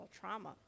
trauma